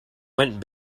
went